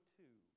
two